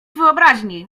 wyobraźni